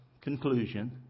conclusion